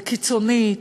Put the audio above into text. לקיצונית,